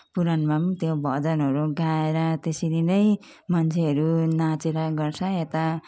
पुराणमा पनि त्यो भजनहरू गाएर त्यसरी नै मान्छेहरू नाचेर गर्छ यता